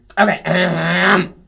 Okay